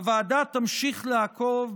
הוועדה תמשיך לעקוב,